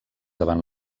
davant